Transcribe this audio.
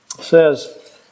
says